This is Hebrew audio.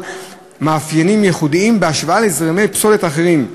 מאפיינים ייחודיים בהשוואה לזרמי פסולת אחרים,